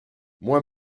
moi